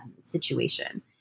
situation